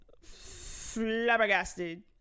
flabbergasted